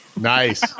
Nice